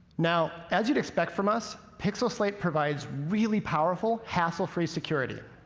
now, as you'd expect from us, pixel slate provides really powerful, hassle-free security.